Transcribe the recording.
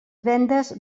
vendes